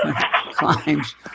climbs